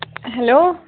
hello